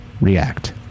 react